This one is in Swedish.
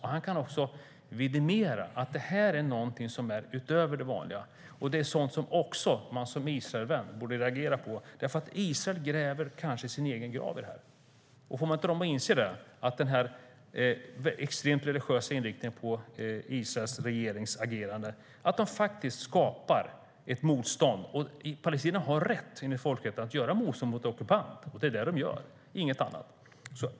Han kan vidimera att detta är något som är utöver det vanliga och som man som Israelvän borde reagera på. Israel gräver kanske sin egen grav om man inte får dem att inse att den extremt religiösa inriktningen hos den israeliska regeringens agerande skapar ett motstånd. Enligt folkrätten har palestinierna rätt att göra motstånd mot ockupant. Det är vad de gör, ingenting annat.